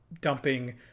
dumping